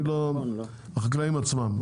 החקלאים עצמם.